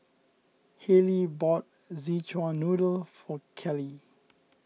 Halle bought Szechuan Noodle for Kelley